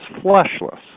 fleshless